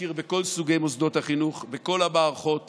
להכיר בכל סוגי מוסדות החינוך, בכל המערכות